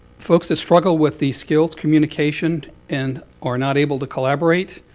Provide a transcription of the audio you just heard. folks that struggle with these skills communication and are not able to collaborate,